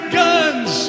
guns